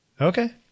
Okay